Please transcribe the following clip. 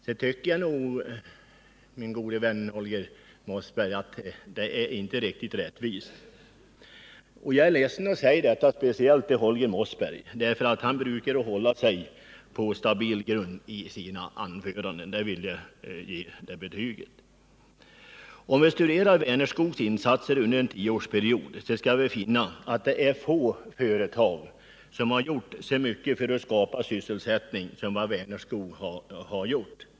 Jag tycker, min gode vän Holger Mossberg, att det inte är riktigt rättvist. Jag är ledsen över att behöva säga detta speciellt till honom, därför att han brukar i regel hålla sig på stabil grund i sina anföranden. Det betyget vill jag ge honom. Om man studerar Vänerskogs insatser under några år skall man finna att det är få företag som gjort så mycket för att skapa sysselsättning som just Vänerskog har gjort.